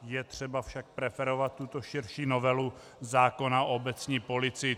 Je třeba však preferovat tuto širší novelu zákona o obecní policii.